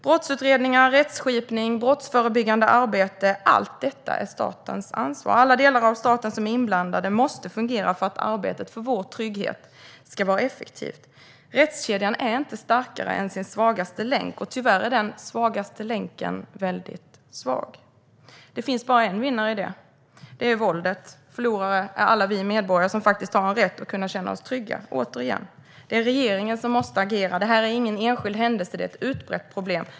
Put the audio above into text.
Brottsutredningar, rättskipning och brottsförebyggande arbete är statens ansvar. Alla delar där staten är inblandad måste fungera för att arbetet för vår trygghet ska vara effektivt. Rättskedjan är inte starkare än dess svagaste länk, och tyvärr är den svagaste länken väldigt svag. I detta finns bara en vinnare, nämligen våldet. Förlorare är alla vi medborgare som har rätt att kunna känna oss trygga. Regeringen måste alltså agera. Detta är ingen enskild händelse utan ett utbrett problem.